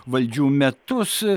valdžių metus